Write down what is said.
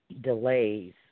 delays